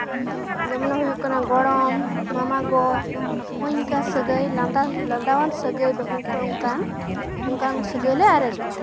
ᱡᱮᱢᱚᱱᱮ ᱦᱩᱭᱩᱜ ᱠᱟᱱᱟ ᱜᱚᱲᱚᱢ ᱢᱟᱢᱟ ᱜᱚ ᱦᱳᱭ ᱚᱝᱠᱟ ᱥᱟᱹᱜᱟᱹᱭ ᱞᱟᱸᱫᱟ ᱞᱟᱸᱫᱟᱣᱟᱱ ᱥᱟᱹᱜᱟᱹᱭ ᱵᱟᱹᱦᱩ ᱠᱚ ᱚᱱᱠᱟᱱ ᱚᱱᱠᱟᱱ ᱥᱟᱹᱜᱟᱹᱭᱞᱮ ᱟᱨᱮᱡᱚᱜᱼᱟ